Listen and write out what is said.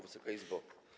Wysoka Izbo!